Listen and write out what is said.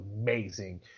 amazing